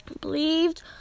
Believed